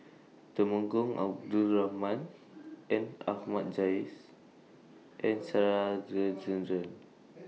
Temenggong Abdul Rahman and Ahmad Jais and Rajendran